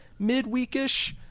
midweekish